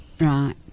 Right